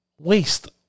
waste